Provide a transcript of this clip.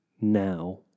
now